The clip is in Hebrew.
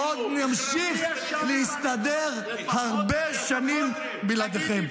עוד נמשיך להסתדר הרבה שנים בלעדיכם.